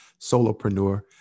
solopreneur